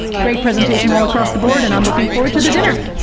great presentation all across the board, and i'm looking forward to the dinner.